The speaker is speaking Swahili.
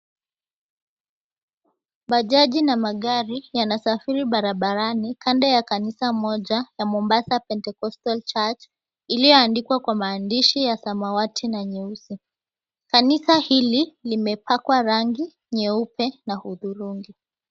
Bajaji na magari yanasafiri barabarani kando ya kanisa moja la Mombasa Pentecostal Church iliyoandikwa kwa maandishi ya samawati na nyeusi. Kanisa hili limepakwa rangi nyeupe na hudhurungi.